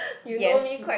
yes